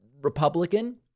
Republican